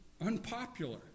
unpopular